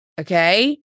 Okay